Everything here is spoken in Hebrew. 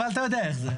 אתה יודע איך זה.